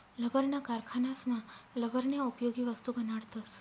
लब्बरना कारखानासमा लब्बरन्या उपयोगी वस्तू बनाडतस